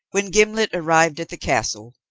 when gimblet arrived at the castle,